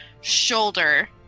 shoulder